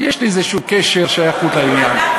יש לי איזה קשר, שייכות לעניין.